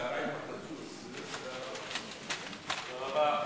ההצעה להעביר את הנושא לוועדת החינוך,